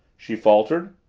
she faltered.